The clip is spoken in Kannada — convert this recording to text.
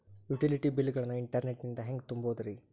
ಯುಟಿಲಿಟಿ ಬಿಲ್ ಗಳನ್ನ ಇಂಟರ್ನೆಟ್ ನಿಂದ ಹೆಂಗ್ ತುಂಬೋದುರಿ?